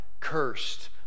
cursed